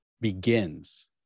begins